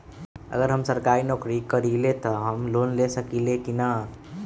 अगर हम सरकारी नौकरी करईले त हम लोन ले सकेली की न?